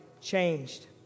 changed